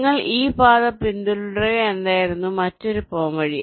നിങ്ങൾ ഈ പാത പിന്തുടരുക എന്നതായിരുന്നു മറ്റൊരു പോംവഴി